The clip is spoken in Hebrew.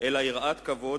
אלא יראת כבוד,